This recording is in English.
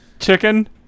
Chicken